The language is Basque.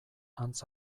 antz